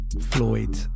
Floyd